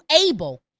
able